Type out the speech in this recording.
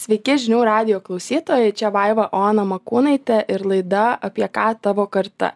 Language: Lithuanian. sveiki žinių radijo klausytojai čia vaiva ona makūnaitė ir laida apie ką tavo karta